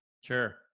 Sure